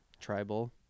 tribal